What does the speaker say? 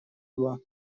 два